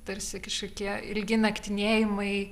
tarsi kažkokie ilgi naktinėjimai